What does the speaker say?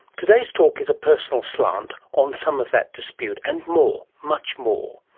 today's talk is a personal slant on some of that dispute and more, much more.